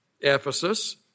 Ephesus